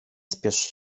spiesz